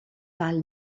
parle